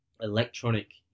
electronic